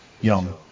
young